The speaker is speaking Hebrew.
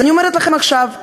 אז אני אומרת לכם עכשיו,